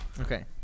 Okay